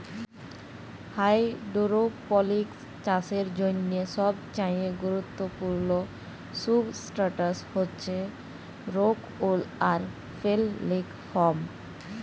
hydroponics চাষের জ্যনহে সবচাঁয়ে গুরুত্তপুর্ল সুবস্ট্রাটাস হছে রোক উল আর ফেললিক ফম